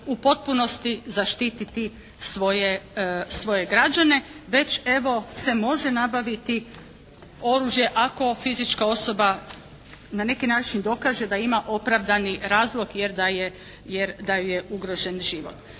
u potpunosti zaštititi svoje građane već evo se može nabaviti oružje ako fizička osoba na neki način dokaže da ima opravdani razlog jer da je, jer da joj